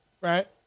Right